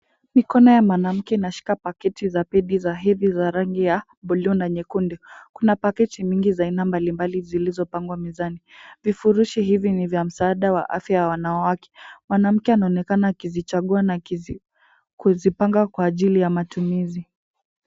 Mikono ya mwanamke inashika paketi za pedi za pedi za rangi ya buluu na nyekundu. Kuna paketi mingi za aina mbalimbali zilizopangwa mezani. Vifurushi hivi ni vya msaada ya afya ya wanawake. Mwanamke anaonekana akizichagua na kuzipanga kwa ajili ya matumizi.